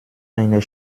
einer